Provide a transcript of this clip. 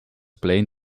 plain